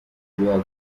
bibaha